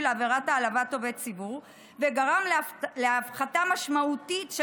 לעבירת העלבת עובד ציבור וגרם להפחתה משמעותית של